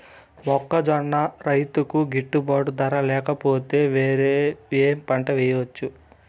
మొక్కజొన్న రైతుకు గిట్టుబాటు ధర లేక పోతే, వేరే ఏమి పంట వెయ్యొచ్చు?